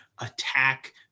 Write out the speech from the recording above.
Attack